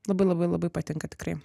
labai labai labai patinka tikrai